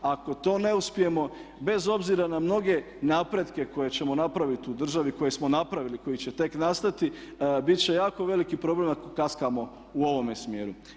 Ako to ne uspijemo bez obzira na mnoge napretke koje ćemo napraviti u državi, koje smo napravili, koji će tek nastati bit će jako veliki problem ako kaskamo u ovome smjeru.